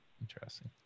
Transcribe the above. Interesting